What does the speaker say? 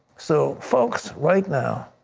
so folks right now,